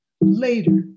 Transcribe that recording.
later